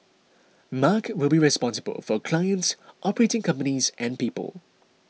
mark will be responsible for clients operating companies and people